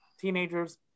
teenagers